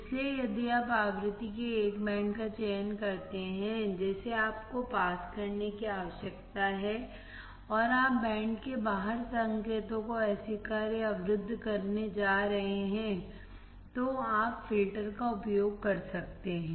इसलिए यदि आप आवृत्ति के एक बैंड का चयन करते हैं जिसे आपको पास करने की आवश्यकता है और आप बैंड के बाहर संकेतों को अस्वीकार या अवरुद्ध करने जा रहे हैं तो आप फ़िल्टर का उपयोग कर सकते हैं